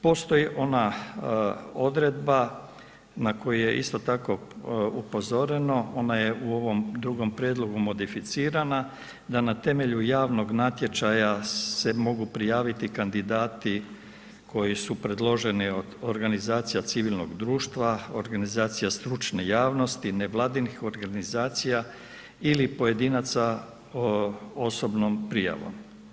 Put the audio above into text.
Postoji ona odredba na koju je isto tako upozoreno, ona je u ovom drugom prijedlogu modificirana da na temelju javnog natječaja se mogu prijaviti kandidati koji su predloženi od organizacija civilnog društva, organizacija stručne javnosti, nevladinih organizacija ili pojedinaca osobnom prijavom.